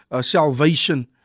salvation